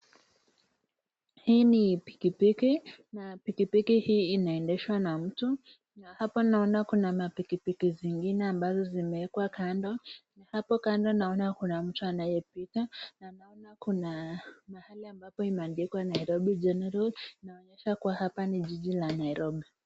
Hii ni pikipiki, na pikipiki hii inaendeshwa na mtu, na hapa naona kuna mapikipiki zingine ambazo zimeekwa kando, na hapo kando naona kuna mtu anayepita, na naona kuna mahali ambapo imeandikwa Nairobi(cs)general(cs), inaonyesha kuwa hapa ni jiji la Nairobi.